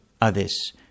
others